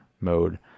mode